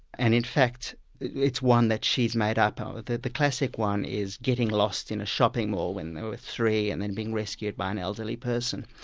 and in fact it's one that she's made up. um the the classic one is getting lost in a shopping mall when they were three and then being rescued by an elderly person.